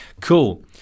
Cool